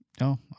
No